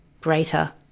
greater